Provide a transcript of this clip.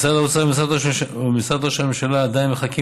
משרד האוצר ומשרד ראש הממשלה עדיין מחכים